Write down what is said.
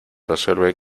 resuelve